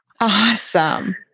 Awesome